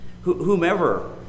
Whomever